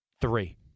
three